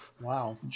Wow